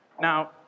Now